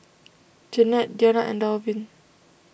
Janette Deana and Dalvin